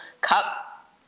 cup